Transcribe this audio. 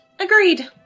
Agreed